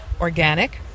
Organic